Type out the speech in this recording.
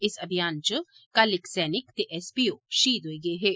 इस अभियान च कल इक सैनिक ते एसपीओ शहीद होई गे हे